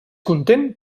content